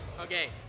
Okay